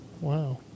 Wow